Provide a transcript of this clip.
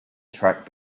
track